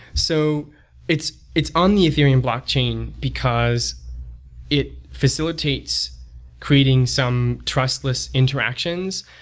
so it's it's on the ethereum blockchain because it facilitates creating some trustless interactions,